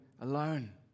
alone